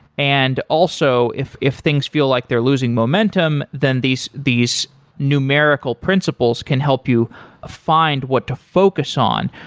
and also, if if things feel like they're losing momentum, then these these numerical principles can help you find what to focus on.